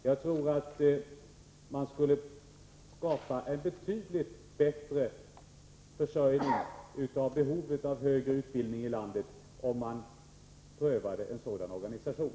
Jag tror att man skulle skapa en betydligt bättre försörjning av behovet av högre utbildning i landet, om man prövade en sådan organisation.